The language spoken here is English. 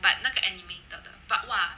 but 那个 animated 的 but !wah!